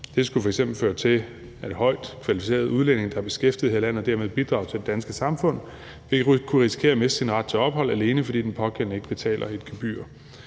Det skulle f.eks. føre til, at højt kvalificerede udlændinge, der er beskæftiget her i landet og dermed bidrager til det danske samfund, kunne risikere at miste deres ret til ophold, alene fordi den pågældende ikke betaler et gebyr.